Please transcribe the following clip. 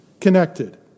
connected